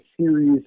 series